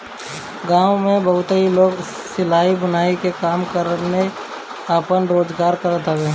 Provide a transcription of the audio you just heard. गांव में बहुते लोग सिलाई, बुनाई के काम करके आपन रोजगार करत हवे